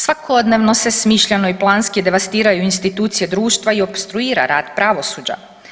Svakodnevno se smišljano i planski devastiraju institucije društva i opstruira rad pravosuđa.